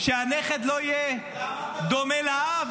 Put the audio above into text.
שהנכד לא יהיה דומה לאב,